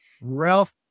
Ralph